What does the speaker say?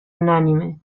unánime